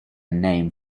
name